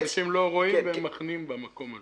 אנשים לא רואים והם מחנים במקום הזה.